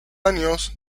años